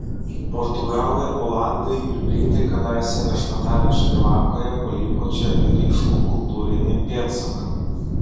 portugalai olandai ir britai kadaise viešpatavę šri lankoje paliko čia ryškų kultūrinį pėdsaką